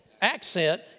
accent